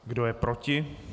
Kdo je proti?